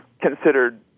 considered